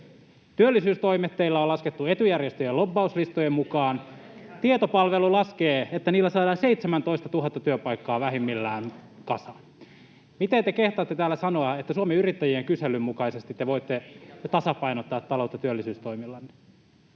Työllisyystoimet teillä on laskettu etujärjestöjen lobbauslistojen mukaan. [Ben Zyskowicz: Eihän ole!] Tietopalvelu laskee, että niillä saadaan 17 000 työpaikkaa vähimmillään kasaan. [Timo Heinonen: Ei pidä paikkaansa!] Miten te kehtaatte täällä sanoa, että Suomen Yrittäjien kyselyn mukaisesti te voitte tasapainottaa taloutta työllisyystoimillanne?